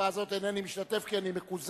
בהצבעה הזאת אינני משתתף כי אני מקוזז.